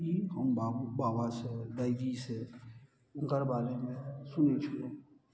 ई हम बाबू बाबासँ दायजी सँ हुनकर बारेमे सुनय छलहुँ